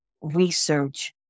research